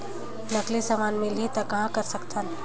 नकली समान मिलही त कहां कर सकथन?